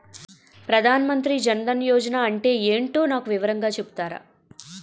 ప్రధాన్ మంత్రి జన్ దన్ యోజన అంటే ఏంటో నాకు కొంచెం వివరంగా చెపుతారా?